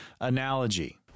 analogy